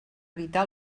evitar